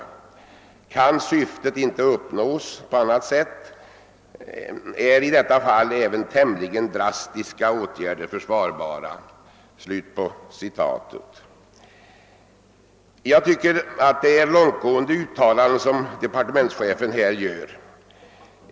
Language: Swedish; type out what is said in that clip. Kan syftet inte uppnås på annat sätt är i detta fall även tämligen drastiska åtgärder försvarbara.» Jag tycker att departementschefen här gjort alltför långtgående uttalanden.